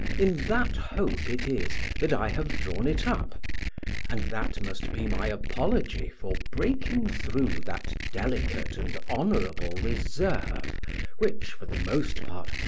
in that hope it is that i have drawn it up and that must be my apology for breaking through that delicate and honourable reserve which, for the most part,